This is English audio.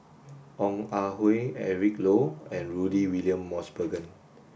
Ong Ah Hoi Eric Low and Rudy William Mosbergen